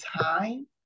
time